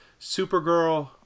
Supergirl